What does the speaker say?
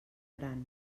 gran